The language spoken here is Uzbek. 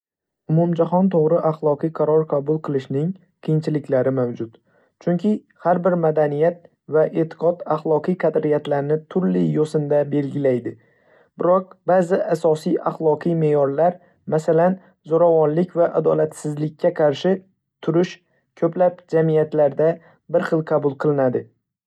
Umumjahon to'g'ri axloqiy qaror qabul qilishning qiyinchiliklari mavjud, chunki har bir madaniyat va e'tiqod axloqiy qadriyatlarni turli yo‘sinda belgilaydi. Biroq, ba'zi asosiy axloqiy me'yorlar, masalan, zo‘ravonlik va adolatsizlikka qarshi turish, ko‘plab jamiyatlarda bir xil qabul qilinadi.